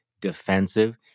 defensive